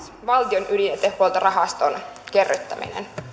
valtion ydinjätehuoltorahaston kerryttäminen